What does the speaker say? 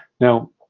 Now